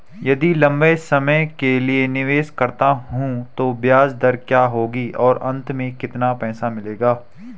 यदि लंबे समय के लिए निवेश करता हूँ तो ब्याज दर क्या होगी और अंत में कितना पैसा मिलेगा?